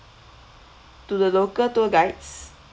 to the local tour guides